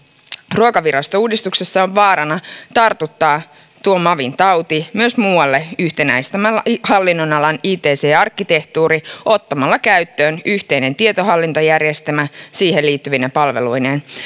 ruokavirastouudistuksessa on vaarana tartuttaa tuo mavin tauti myös muualle yhtenäistämällä hallinnonalan ict arkkitehtuuri ottamalla käyttöön yhteinen tietohallintojärjestelmä siihen liittyvine palveluineen